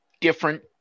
different